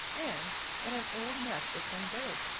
and in an old nest of some bird.